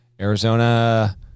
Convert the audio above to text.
Arizona